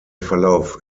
verlauf